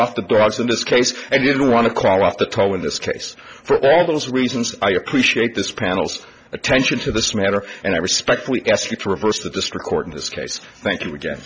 off the dogs in this case and didn't want to call off the toll in this case for all those reasons i appreciate this panel's attention to this matter and i respectfully ask you to reverse the district court in this case thank you again